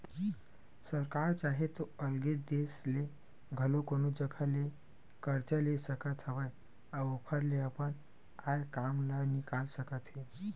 सरकार चाहे तो अलगे देस ले घलो कोनो जघा ले करजा ले सकत हवय अउ ओखर ले अपन आय काम ल निकाल सकत हे